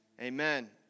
amen